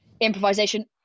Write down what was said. improvisation